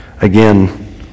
Again